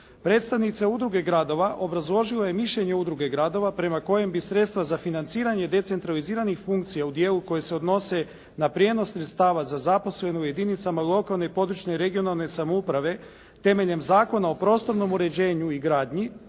Predstavnica Udruge gradova obrazložila je mišljenje Udruge gradova prema kojem bi sredstva za financiranje decentraliziranih funkcija u dijelu koji se odnosi na prijenos sredstava za zaposlene u u jedinicama lokalne, područne i regionalne samouprave temeljem Zakona o prostornom uređenju i gradnji